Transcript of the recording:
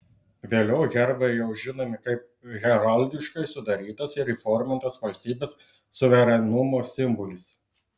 vėliau herbai jau žinomi kaip heraldiškai sudarytas ir įformintas valstybės suverenumo simbolis